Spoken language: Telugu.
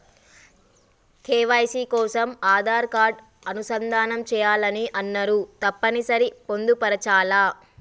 కే.వై.సీ కోసం ఆధార్ కార్డు అనుసంధానం చేయాలని అన్నరు తప్పని సరి పొందుపరచాలా?